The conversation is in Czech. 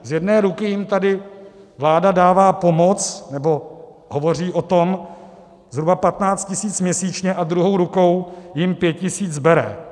Z jedné ruky jim tady vláda dává pomoc, nebo hovoří o tom, zhruba 15 tisíc měsíčně, a druhou rukou jim 5 tisíc bere.